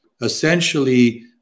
Essentially